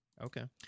Okay